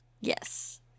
Yes